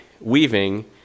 weaving